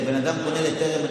כשבן אדם פונה לטרם,